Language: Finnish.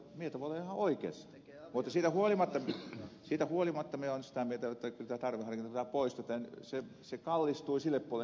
sehän voi hoikens mutisi ja huolimatta siitä huolimatta mielestäni täytti tarveharkinta olla että se lähentää suhdetta